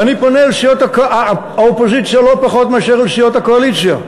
ואני פונה אל סיעות האופוזיציה לא פחות מאשר אל סיעות הקואליציה: